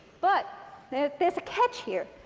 but there is a catch here,